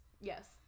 Yes